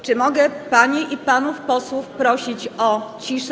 Czy mogę panie i panów posłów prosić o ciszę?